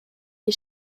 les